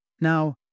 Now